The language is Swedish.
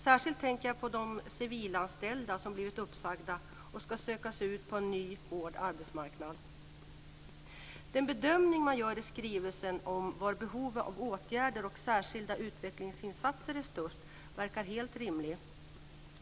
Särskilt tänker jag på de civilanställda som blivit uppsagda och ska söka sig ut på en ny hård arbetsmarknad. Den bedömning som man gör i skrivelsen om var behov av åtgärder och särskilda utvecklingsinsatser är störst verkar helt rimlig.